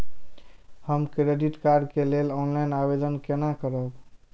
हम credit card के लेल ऑनलाइन आवेदन केना करब?